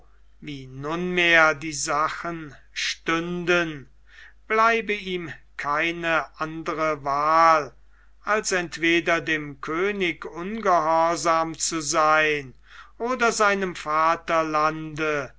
wie nunmehr die sachen stünden bleibe ihm keine andere wahl als entweder dem könig ungehorsam zu sein oder seinem vaterland